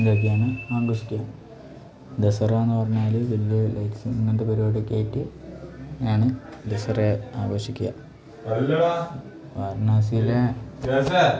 ഇതൊക്കെയാണ് ആഘോഷിക്കുക ദസറയെന്ന് പറഞ്ഞാൽ വലിയ ലൈറ്റ്സും ഇങ്ങനത്തെ പരിപാടിയൊക്കെയായിട്ട് ആണ് ദസറ ആഘോഷിക്കുക വാരണാസിയിലെ